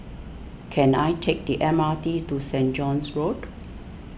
can I take the M R T to Saint John's Road